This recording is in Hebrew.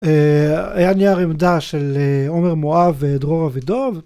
היה נייר עמדה של עומר מואב ודרור אבידוב.